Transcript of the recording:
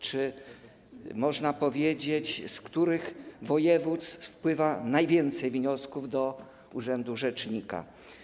Czy można powiedzieć, z których województw wpływa najwięcej wniosków do urzędu rzecznika?